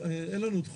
אין לנו עוד חודש,